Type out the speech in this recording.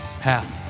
Half